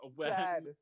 dad